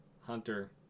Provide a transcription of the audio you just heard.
Hunter